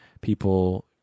people